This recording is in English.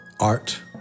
art